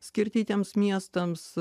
skirti tiems miestams